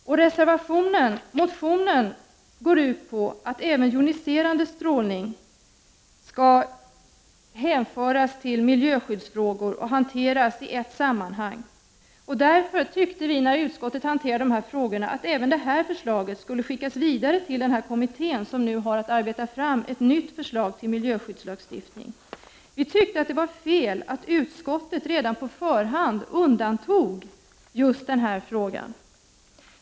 Motionen Jo860 går ut på att joniserande strålning skall hänföras till miljöskyddsfrågor och hanteras i ett sammanhang. Därför tyckte vi att när utskottet behandlade de aktuella frågorna även detta förslag skulle skickas vidare till den kommitté som nu har att arbeta fram ett nytt förslag till miljöskyddslagstiftning. Vi tyckte att det var fel att utskottet redan på förhand undantog just denna fråga.